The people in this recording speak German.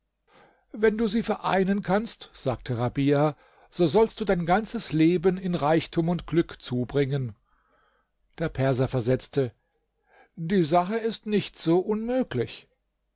wenn du sie vereinen kannst sagte rabia so sollst du dein ganzes leben in reichtum und glück zubringen der perser versetzte die sache ist nicht so unmöglich